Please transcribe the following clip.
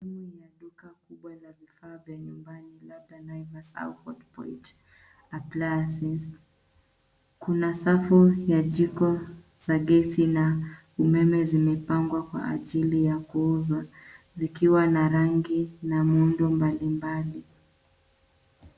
Ndani ya duka kubwa la vifaa vya nyumbani labda Naivas au Hotpoint Appliances . Kuna safu ya jiko za gesi na umeme zimepangwa kwa ajili ya kuuzwa, zikiwa na rangi na miundo mbalimbali.